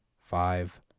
Five